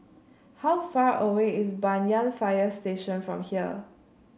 how far away is Banyan Fire Station from here